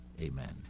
Amen